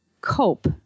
cope